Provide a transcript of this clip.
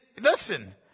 listen